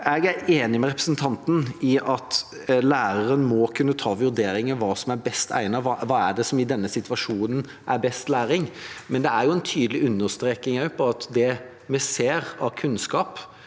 Jeg er enig med representanten i at lærere må kunne ta vurderinger om hva som er best egnet, og hva som i enkeltsituasjoner gir best læring, men dette er også en tydelig understrekning av at det vi ser av kunnskap